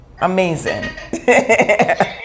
Amazing